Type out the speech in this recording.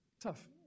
Tough